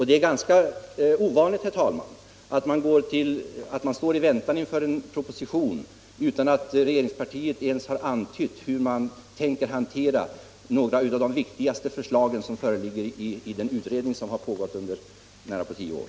Det är ganska ovanligt, herr talman, att man står i väntan på en proposition utan att regeringspartiet ens har antytt hur det tänker hantera några av de viktigaste förslag som föreligger från en utredning som har arbetat i nära tio år.